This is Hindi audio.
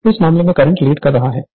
इस मामले में करंट लीड कर रहा है